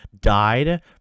died